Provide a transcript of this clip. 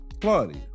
Claudia